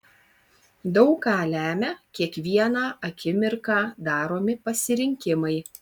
daug ką lemią kiekvieną akimirką daromi pasirinkimai